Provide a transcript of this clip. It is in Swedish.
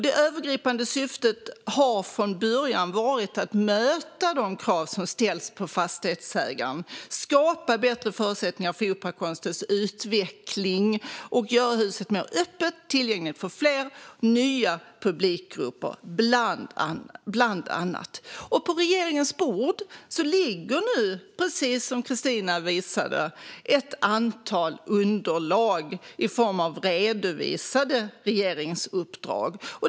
Det övergripande syftet har från början varit att möta de krav som ställs på fastighetsägaren, skapa bättre förutsättningar för operakonstens utveckling och göra huset mer öppet och tillgängligt för fler, bland annat nya publikgrupper. På regeringens bord ligger nu, precis som Kristina visade, ett antal underlag i form av redovisade regeringsuppdrag.